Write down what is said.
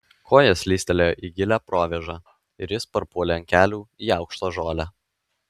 koja slystelėjo į gilią provėžą ir jis parpuolė ant kelių į aukštą žolę